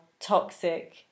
toxic